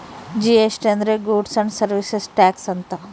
GST ಅಂದ್ರ goods and service tax ಅಂತ